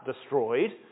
destroyed